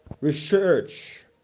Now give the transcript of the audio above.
research